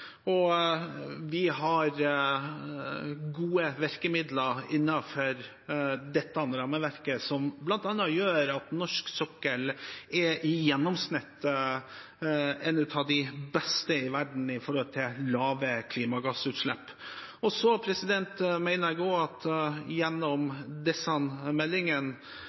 og vi har gode virkemidler innenfor dette rammeverket som bl.a. gjør at norsk sokkel i gjennomsnitt er blant de beste i verden når det gjelder lave klimagassutslipp. Jeg mener også at vi gjennom disse meldingene